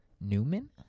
Newman